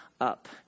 up